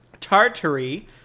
Tartary